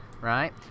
right